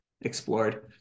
explored